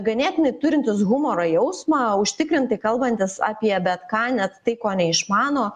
ganėtinai turintis humoro jausmą užtikrintai kalbantis apie bet ką net tai ko neišmano